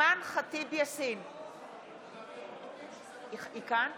חייב לקבל ממשרד הבריאות בטרם יוכל לקבל